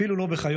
אפילו לא בחיות,